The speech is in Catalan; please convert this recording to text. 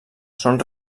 són